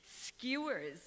skewers